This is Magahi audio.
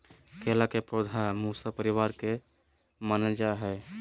केला के पौधा मूसा परिवार के मानल जा हई